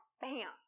Bam